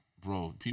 bro